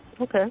Okay